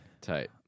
Tight